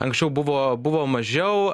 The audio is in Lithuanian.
anksčiau buvo buvo mažiau